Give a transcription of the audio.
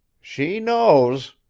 she knows,